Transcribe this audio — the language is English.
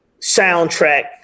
soundtrack